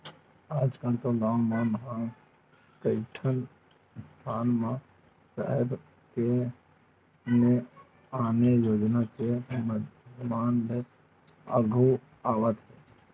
आजकल तो गाँव मन म कइठन संस्था मन ह सरकार के ने आने योजना के माधियम ले आघु आवत हे